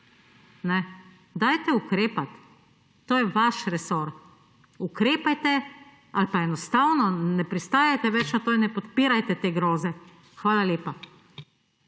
Ukrepajte! To je vaš resor. Ukrepajte ali pa enostavno ne pristajajte več na to in ne podpirajte te groze. Hvala lepa.